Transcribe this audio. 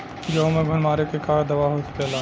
गेहूँ में घुन मारे के का दवा हो सकेला?